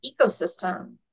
ecosystem